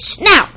now